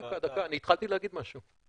דקה, אני התחלתי להגיד משהו.